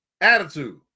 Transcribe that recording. attitude